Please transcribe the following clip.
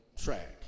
track